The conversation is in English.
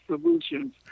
solutions